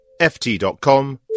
ft.com